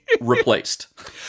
replaced